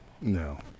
No